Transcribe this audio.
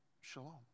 shalom